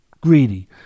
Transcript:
greedy